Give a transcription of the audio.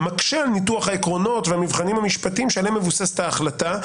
מקשה על ניתוח העקרונות והמבחנים המשפטיים שעליהם מבוססת ההחלטה,